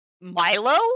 Milo